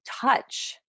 touch